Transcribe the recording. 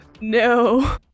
No